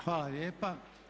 Hvala lijepa.